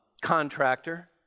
contractor